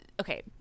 Okay